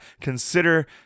consider